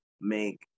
make